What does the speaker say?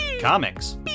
comics